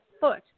foot